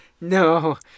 No